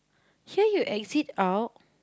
here you exit out